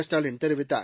ஸ்டாலின் தெரிவித்தார்